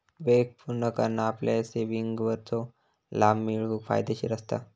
वेळेक पुर्ण करना आपल्या सेविंगवरचो लाभ मिळवूक फायदेशीर असता